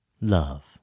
Love